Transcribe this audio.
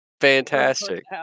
Fantastic